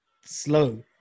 slow